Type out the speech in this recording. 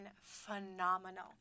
phenomenal